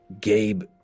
Gabe